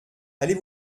allez